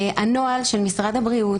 הנוהל של משרד הבריאות,